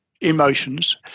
emotions